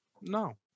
no